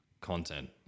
content